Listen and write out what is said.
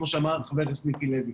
כמו שאמר חבר הכנסת מיקי לוי,